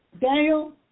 Daniel